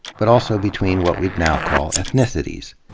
but also between what we'd now call ethnicities.